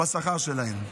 בשכר שלהן.